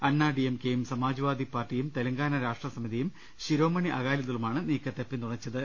അണ്ണാ ഡിഎംകെയും സമാജ്വാദി പാർട്ടിയും തെലങ്കാന രാഷ്ട്രസമിതിയും ശിരോമണി അകാലിദളുമാണ് നീക്കത്തെ പിന്തുണച്ചത്